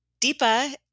Deepa